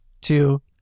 two